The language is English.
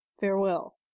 Farewell